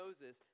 Moses